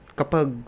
kapag